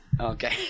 Okay